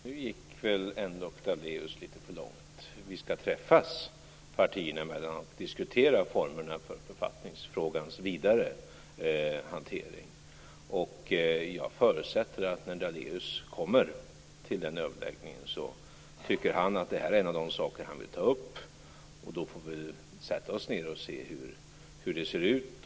Herr talman! Nu gick väl Daléus ändå lite för långt. Vi skall träffas partierna emellan och diskutera formerna för författningsfrågans vidare hantering. Jag förutsätter att Daléus när han kommer till den överläggningen kommer att tycka att det här är en av de saker som han vill ta upp. Vi får då sätta oss ned och se hur det ser ut.